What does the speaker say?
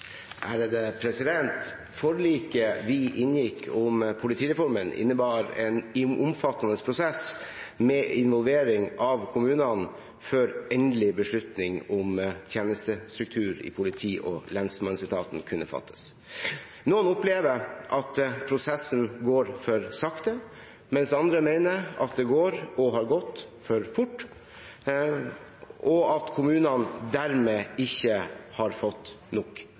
Forliket vi inngikk om politireformen, innebar en omfattende prosess med involvering av kommunene før endelig beslutning om tjenestestruktur i politi- og lensmannsetaten kunne fattes. Noen opplever at prosessen går for sakte, mens andre mener at det går, og har gått, for fort, og at kommunene dermed ikke har fått nok